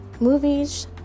movies